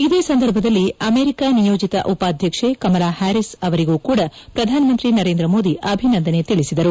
ಇದೇ ಸಂದರ್ಭದಲ್ಲಿ ಅಮೆರಿಕ ನಿಯೋಜಿತ ಉಪಾಧ್ಯಕ್ಷೆ ಕಮಲಾ ಹ್ವಾರಿಸ್ ಅವರಿಗೂ ಕೂಡ ಪ್ರಧಾನಮಂತ್ರಿ ನರೇಂದ್ರ ಮೋದಿ ಅಭಿನಂದನೆ ತಿಳಿಸಿದರು